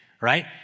right